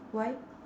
why